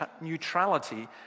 neutrality